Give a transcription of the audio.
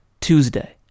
Tuesday